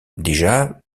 déjà